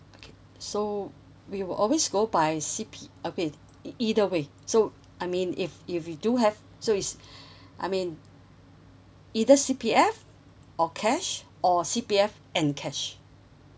okay so we will always go by C_P okay e~ either way so I mean if if we do have so is I mean either C_P_F or cash or C_P_F and cash